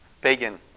pagan